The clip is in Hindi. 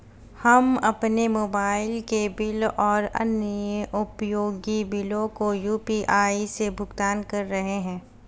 हम अपने मोबाइल के बिल और अन्य उपयोगी बिलों को यू.पी.आई से भुगतान कर रहे हैं